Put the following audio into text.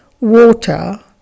water